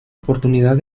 oportunidad